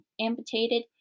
amputated